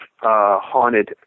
haunted